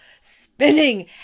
spinning